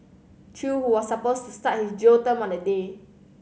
Chew who was supposed to start his jail term on the day